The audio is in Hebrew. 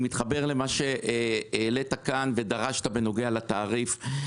אני מתחבר למה שהעלית ודרשת בנוגע לתעריף,